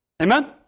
Amen